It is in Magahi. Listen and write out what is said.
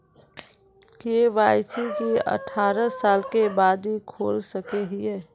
के.वाई.सी की अठारह साल के बाद ही खोल सके हिये?